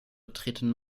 treten